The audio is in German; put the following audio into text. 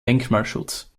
denkmalschutz